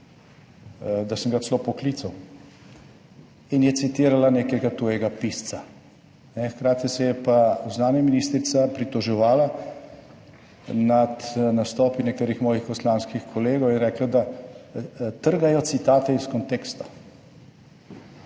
da sem ga celo poklical. In je citirala nekega tujega pisca, hkrati se je pa zunanja ministrica pritoževala nad nastopi nekaterih mojih poslanskih kolegov, je rekla, da trgajo citate iz konteksta.